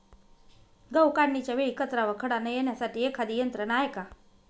गहू काढणीच्या वेळी कचरा व खडा न येण्यासाठी एखादी यंत्रणा आहे का?